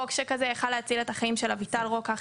חוק שכזה יכול היה להציל את החיים של אביטל רוקח,